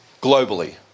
globally